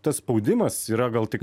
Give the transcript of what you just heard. tas spaudimas yra gal tik